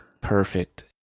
Perfect